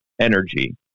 energy